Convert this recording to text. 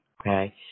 okay